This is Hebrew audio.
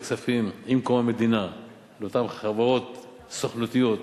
הכספים עם קום המדינה לאותן חברות סוכנותיות,